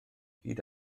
hyd